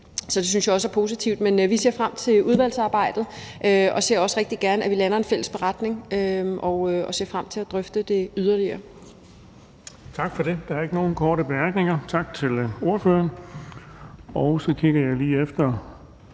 Så det synes jeg også er positivt. Men vi ser frem til udvalgsarbejdet og ser også rigtig gerne, at vi lander en fælles beretning, og ser frem til at drøfte det yderligere. Kl. 10:24 Den fg. formand (Erling Bonnesen): Tak for det. Der er ikke nogen korte bemærkninger. Tak til ordføreren. Så kigger jeg lige efter,